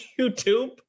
YouTube